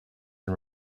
and